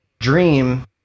dream